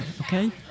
okay